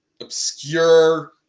obscure